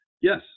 Yes